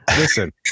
listen